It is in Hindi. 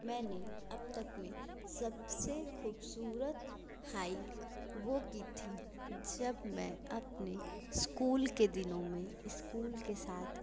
मैंने अब तक में सबसे ख़ूबसूरत हाईक वह की थी जब मैं अपने इस्कूल के दिनों इस्कूल में साथ